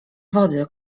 wody